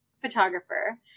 photographer